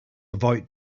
avoid